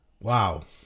wow